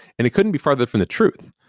and it couldn't be further from the truth.